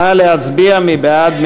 נא להצביע, מי בעד?